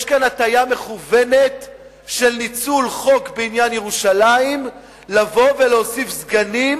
יש כאן הטעיה מכוונת של ניצול חוק בעניין ירושלים לבוא ולהוסיף סגנים